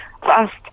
fast